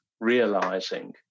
realizing